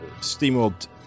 SteamWorld